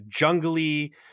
jungly